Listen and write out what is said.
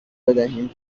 بدهیم